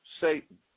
Satan